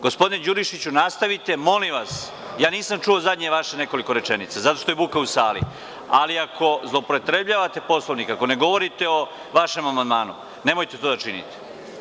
Gospodine Đurišiću, nastavite molim vas, ja nisam čuo zadnjih vaših nekoliko rečenica zato što je buka u sali, ali ako zloupotrebljavate poslovnik, ako ne govorite o vašem amandmanu, nemojte to da činite.